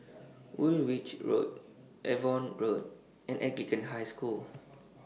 Woolwich Road Avon Road and Anglican High School